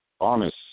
honest